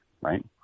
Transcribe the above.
right